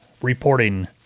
reporting